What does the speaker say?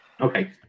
okay